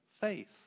faith